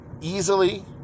easily